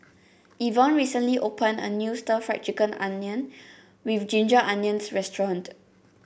Ivonne recently opened a new stir Fry Chicken onion with Ginger Onions restaurant